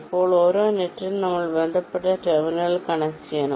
ഇപ്പോൾ ഓരോ നെറ്റിനും നമ്മൾ ബന്ധപ്പെട്ട ടെർമിനൽ കണക്ട് ചെയ്യണം